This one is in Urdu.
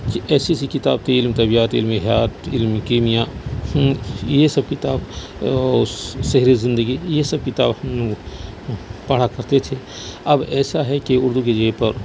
ایسی ایسی کتاب علم طبیعات علم حیات علم کیمیا یہ سب کتاب اور شہر زندگی یہ سب کتاب ہم لوگ کو پڑھا کرتے تھے اب ایسا ہے کہ اردو کی جگہ پر